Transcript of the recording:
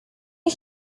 you